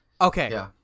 Okay